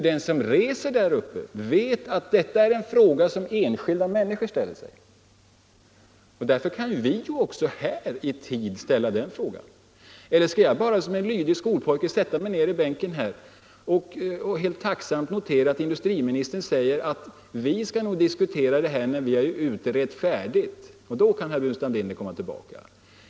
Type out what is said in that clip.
Den som reser där uppe vet att detta är en fråga som enskilda människor ställer sig. Därför kan också vi här i tid ställa den frågan. Eller skall jag bara som en lydig skolpojke sätta mig ned i bänken och helt tacksamt notera, att industriministern säger att vi nog skall diskutera detta när vi har utrett färdigt — då kan herr Burenstam Linder komma tillbaka?